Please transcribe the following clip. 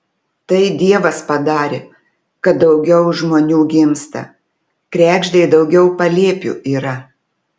tai dievas padarė kad daugiau žmonių gimsta kregždei daugiau palėpių yra